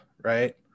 right